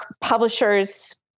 publishers